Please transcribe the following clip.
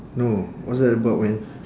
no what's that about man